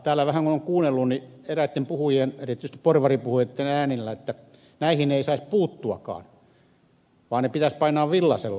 täällä kun on vähän kuunnellut niin eräitten puhujien erityisesti porvaripuhujien äänillä on sanottu että näihin ei saisi puuttuakaan vaan ne pitäisi painaa villaisella